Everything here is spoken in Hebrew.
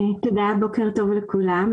תודה, בוקר טוב לכולם.